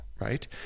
right